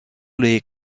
les